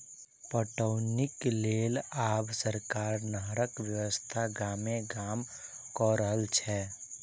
पटौनीक लेल आब सरकार नहरक व्यवस्था गामे गाम क रहल छै